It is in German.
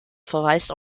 verweist